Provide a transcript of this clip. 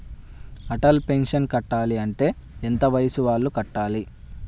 Atal pension కట్టాలి అంటే ఎంత వయసు వాళ్ళు కట్టాలి?